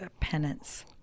penance